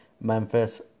Memphis